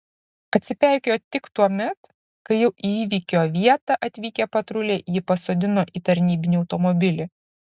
atsipeikėjo tik tuomet kai jau į įvykio vietą atvykę patruliai jį pasodino į tarnybinį automobilį